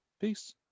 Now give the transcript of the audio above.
Peace